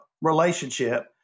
relationship